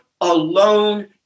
alone